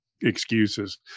excuses